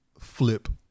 flip